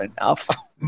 enough